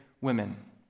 women